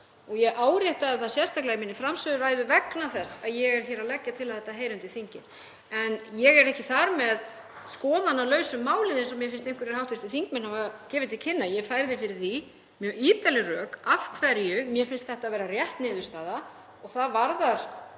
Ég áréttaði það sérstaklega í minni framsöguræðu vegna þess að ég er hér að leggja til að þetta heyri undir þingið. En ég er ekki þar með skoðanalaus um málið eins og mér finnst einhverjir hv. þingmenn hafa gefið til kynna. Ég færði fyrir því mjög ítarleg rök af hverju mér finnst þetta vera rétt niðurstaða og það varðar